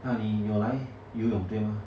!huh! 你有来游泳对吗